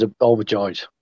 overjoyed